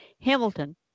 Hamilton